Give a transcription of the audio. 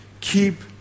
keep